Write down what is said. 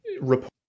report